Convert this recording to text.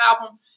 album